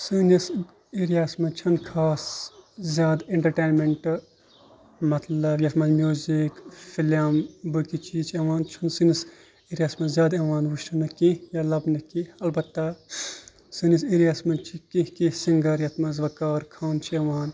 سٲنِس ایریاہَس منٛز چھ نہٕ خاص زیادٕ اینٹرتینمینٛٹ مطلب یَتھ منٛز میٚوٗزِک فِلم باقٕے چیٖز یِوان چھُ سٲنِس ایریاہَس منٛز زیادٕ یِوان وُچھنہٕ کیٚنٛہہ یا لَبنہٕ کیٚنٛہہ اَلبتہ سٲنِس ایریاہَس منٛز چھِ کیٚنٛہہ کیٚنٛہہ سِنگر یَتھ منٛز وقار خان چھُ یِوان